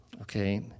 Okay